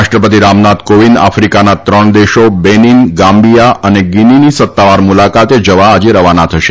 રાષ્ટ્રપતિ રામનાથ કોવિંદ આફ્રિકાના ત્રણ દેશો બેનીન ગામ્બીયા અને ગીનીની સત્તાવાર મુલાકાતે જવા આજે રવાના થશે